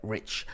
Rich